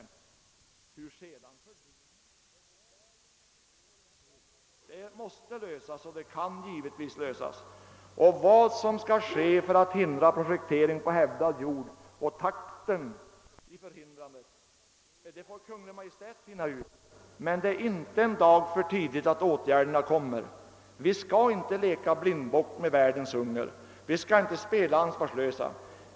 Hur sedan fördelningen av kostnaderna för svenskt jordbruk skall ske är en fråga som måste och givetvis kan lösas. Vad som skall ske för att hindra projektering av hävdad jord och takten i förhindrandet får Kungl. Maj:t finna ut, men det är inte en dag för tidigt att åtgärder vidtas. Vi får inte leka blindbock inför världens hunger. Vi får inte spela ansvarslösa.